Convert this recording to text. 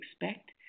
expect